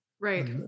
Right